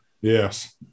Yes